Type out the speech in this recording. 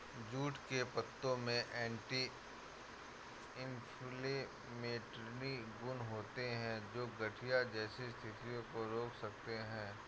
jute के पत्तों में एंटी इंफ्लेमेटरी गुण होते हैं, जो गठिया जैसी स्थितियों को रोक सकते हैं